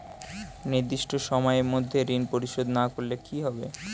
নির্দিষ্ট সময়ে মধ্যে ঋণ পরিশোধ না করলে কি হবে?